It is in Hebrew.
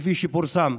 כפי שפורסם.